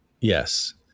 Yes